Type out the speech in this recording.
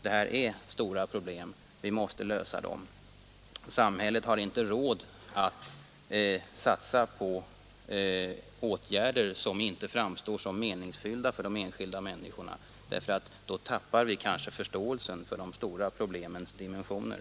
Detta är stora problem — vi måste lösa dem. Samhället har inte råd att satsa på åtgärder som inte framstår som meningsfyllda för de enskilda människorna, därför att då tappar vi kanske förståelsen för de stora problemens dimensioner.